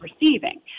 receiving